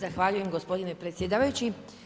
Zahvaljujem gospodine predsjedavajući.